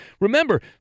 Remember